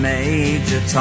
Major